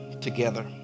together